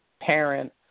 parent